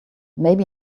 maybe